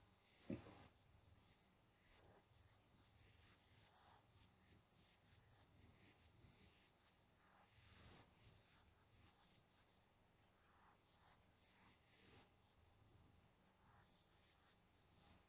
mm